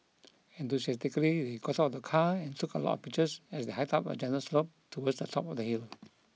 enthusiastically they got out of the car and took a lot of pictures as they hiked up a gentle slope towards the top of the hill